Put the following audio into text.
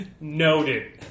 Noted